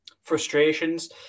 frustrations